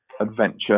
adventure